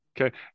Okay